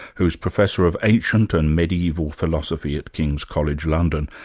who's professor of ancient and mediaeval philosophy at king's college, london.